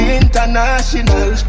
international